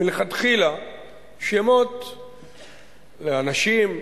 מלכתחילה שמות לאנשים,